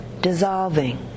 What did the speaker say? dissolving